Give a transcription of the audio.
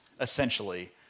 essentially